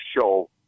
show